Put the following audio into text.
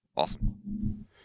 awesome